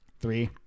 Three